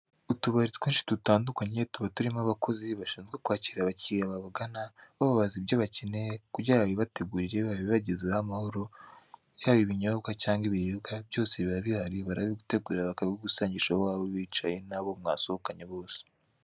Utubari twinshi dutandukanye, tuba turimo abakozi bashinzwe kwakira abakiriya babagana, bababaza ibyo bakeneye kugira babibategurire, babibagezeho amahoro; yaba ibinyobwa cyangwa ibiribwa byose biba bihari; barabigutegurira bakabigusangisha aho waba wicaye n'abo mwasohokanye bose.